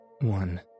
One